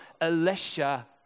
Elisha